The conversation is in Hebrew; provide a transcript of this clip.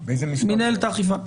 מינהלת האכיפה.